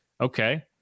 okay